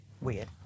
weird